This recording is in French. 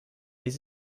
les